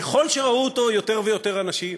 ככל שראו אותו יותר ויותר אנשים,